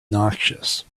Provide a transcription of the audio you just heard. noxious